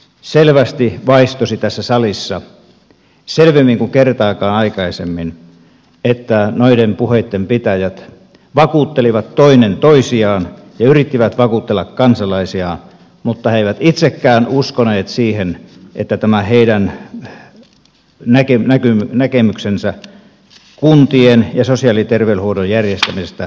selvästi vaistosi tässä salissa selvemmin kuin kertaakaan aikaisemmin että noiden puheitten pitäjät vakuuttelivat toinen toisiaan ja yrittivät vakuutella kansalaisia mutta he eivät itsekään uskoneet siihen että tämä heidän näkemyksensä kuntien ja sosiaali ja terveydenhuollon järjestämisestä olisi uskottava